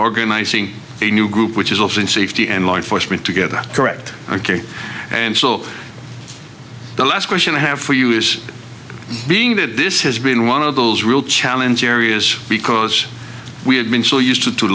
organizing a new group which is also in safety and law enforcement to get that correct ok and so the last question i have for you is being that this has been one of those real challenge areas because we had been so used to t